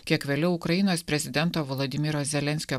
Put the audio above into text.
kiek vėliau ukrainos prezidento vladimiro zelenskio